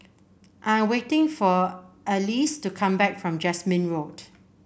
I'm waiting for Alyse to come back from Jasmine Road